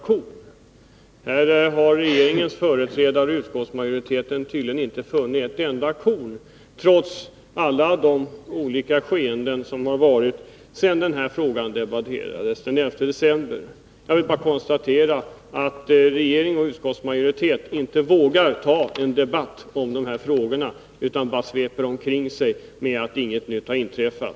Men här har regeringens företrädare och utskottsmajoriteten tydligen inte funnit ett enda korn, trots allt som skett sedan frågan debatterades den 11 december förra året. Jag vill bara konstatera att regeringen och utskottsmajoriteten inte vågar ta en debatt om det här utan avfärdar frågan genom svepande uttalanden om att inget nytt har inträffat.